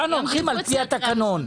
כאן הולכים לפי התקנון.